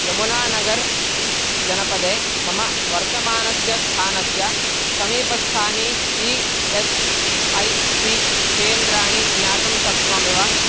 यमुनानगर् जनपदे मम वर्तमानस्य स्थानस्य समीपस्थानि ई एस् ऐ सी केन्द्राणि ज्ञातुं शक्नोमि वा